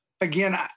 Again